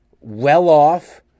well-off